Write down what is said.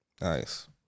Nice